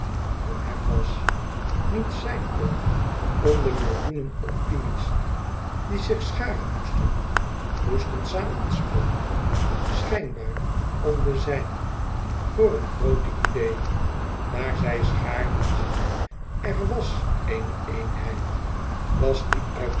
om hem was niet zijn kon om de millioenen opinies die zich scharen moesten moesten samensmelten schijnbaar om de zijne voor een groote idee maar zij schaarden zich er wàs eene eenheid was die